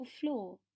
floor